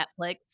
Netflix